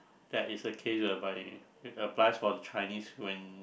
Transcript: that is a case whereby applies for the Chinese when